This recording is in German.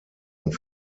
und